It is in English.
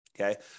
okay